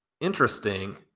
interesting